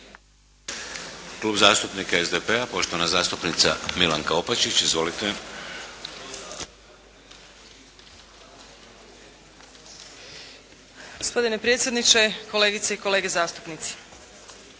Klub zastupnika SDP-a poštovana zastupnica Milanka Opačić. Izvolite. **Opačić, Milanka (SDP)** Gospodine predsjedniče, kolegice i kolege zastupnici.